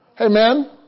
Amen